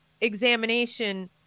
examination